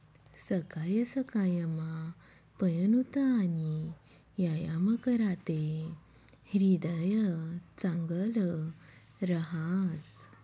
सकाय सकायमा पयनूत आणि यायाम कराते ह्रीदय चांगलं रहास